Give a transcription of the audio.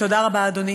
תודה רבה, אדוני.